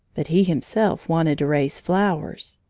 but he himself wanted to raise flowers.